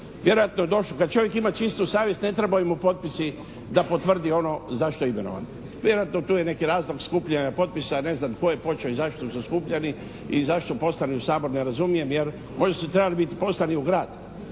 vjerojatno je došlo kada čovjek ima čistu savjest ne trebaju mu potpisi da potvrdi ono za što je imenovan. Vjerojatno tu je neki razlog skupljanja potpisa, ne znam tko je počeo i zašto su skupljani i zašto su poslani u Sabor ne razumije. Možda su trebali biti poslani u Grad,